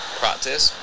practice